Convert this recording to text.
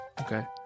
okay